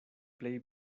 plej